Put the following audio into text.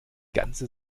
ganze